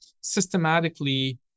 systematically